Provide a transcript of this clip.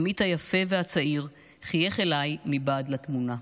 עמית היפה והצעיר חייך אליי מבעד התמונה.